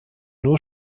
nur